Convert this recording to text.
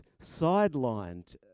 sidelined